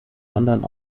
london